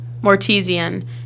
Mortesian